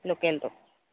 লোকেলটো